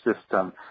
system